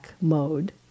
mode